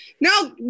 No